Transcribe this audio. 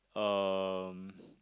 um